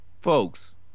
folks